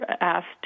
asked